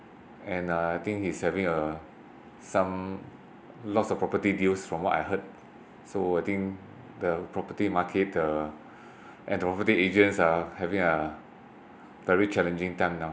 and uh I think he's having uh some lots of property deals from what I heard so I think the property market uh and the property agents are having a very challenging time now